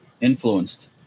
Influenced